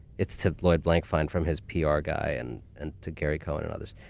it's to lloyd blankfein from his pr guy, and and to gary cohn and others.